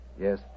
Yes